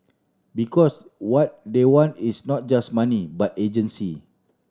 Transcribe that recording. because what they want is not just money but agency